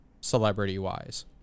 celebrity-wise